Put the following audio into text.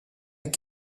est